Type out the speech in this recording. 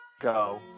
go